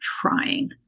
trying